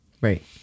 right